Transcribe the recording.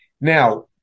Now